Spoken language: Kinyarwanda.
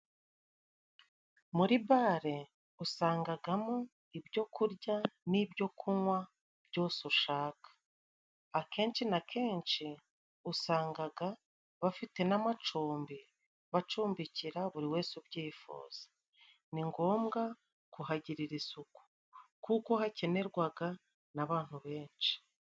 Muri bare usangagamo ibyo kurya n'ibyo kunywa byose ushaka. Akenshi na kenshi usangaga bafite n'amacumbi，bacumbikira buri wese ubyifuza，ni ngombwa kuhagirira isuku， kuko hakenerwaga n'abantu benshi.